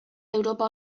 europa